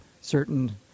certain